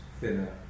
thinner